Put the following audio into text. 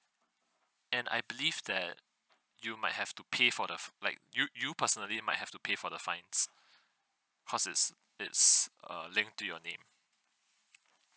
and I believe that you might have to pay for the f~ like you you personally might have to pay for the fines cause it's it's err link to your name